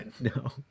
No